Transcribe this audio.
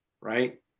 right